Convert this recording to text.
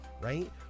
right